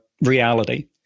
reality